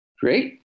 Great